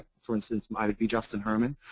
for instance, i'd be justin her man.